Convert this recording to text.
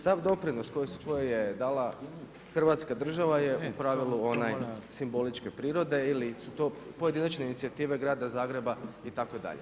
Sav doprinos koja je dala Hrvatska država je u pravilu onaj simboličke prirode ili pojedinačne inicijative Grada Zagreba itd.